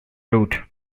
rude